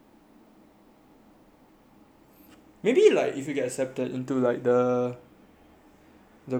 maybe you could get accepted into like the the thing then they will tell you more